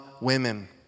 women